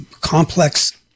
complex